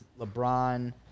LeBron